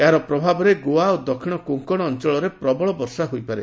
ଏହାର ପ୍ରଭାବରେ ଗୋଆ ଓ ଦକ୍ଷିଣ କୋଙ୍କଣ ଅଞ୍ଚଳରେ ପ୍ରବଳ ବର୍ଷା ହୋଇପାରେ